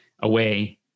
away